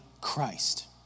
Christ